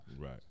Right